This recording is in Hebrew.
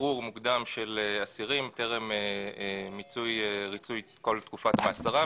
שחרור מוקדם של אסירים טרם מיצוי ריצוי כל תקופת מאסרם